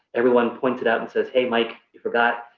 everyone points it out and says, hey, mike, you forgot,